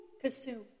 consume